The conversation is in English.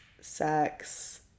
sex